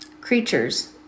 creatures